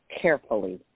carefully